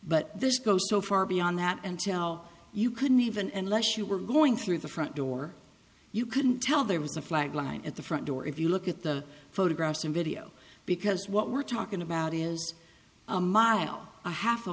but this goes so far beyond that and tell you couldn't even and lush you were going through the front door you couldn't tell there was a flag line at the front door if you look at the photographs and video because what we're talking about is a mile a half a